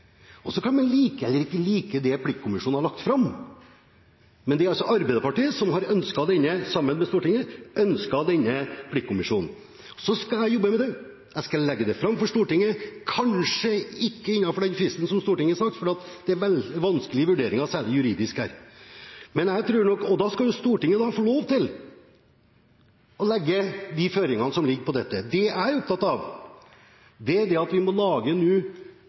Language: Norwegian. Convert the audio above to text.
Man kan like eller ikke like det pliktkommisjonen har lagt fram, men det er Arbeiderpartiet sammen med Stortinget som har ønsket denne pliktkommisjonen. Jeg skal jobbe med det. Jeg skal legge det fram for Stortinget – kanskje det ikke skjer innenfor den fristen Stortinget har satt, for her er det veldig vanskelige vurderinger, særlig juridiske. Da skal Stortinget få lov til å legge føringer. Det jeg er opptatt av, er at vi må lage forutsigbarhet for næringen. Vi er alle sammen enige om at